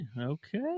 Okay